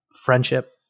friendship